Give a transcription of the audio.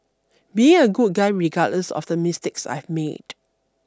being a good guy regardless of the mistakes I've made